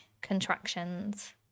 contractions